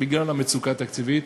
בגלל המצוקה התקציבית,